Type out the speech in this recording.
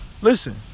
Listen